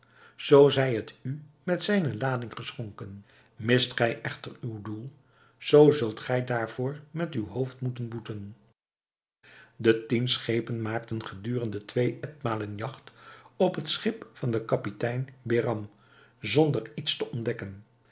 zoo zij het u met zijne lading geschonken mist gij echter uw doel zoo zult gij daarvoor met uw hoofd moeten boeten de tien schepen maakten gedurende twee etmalen jagt op het schip van den kapitein behram zonder iets te ontdekken